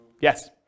Yes